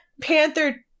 panther